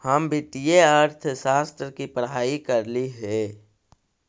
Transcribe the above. हम वित्तीय अर्थशास्त्र की पढ़ाई करली हे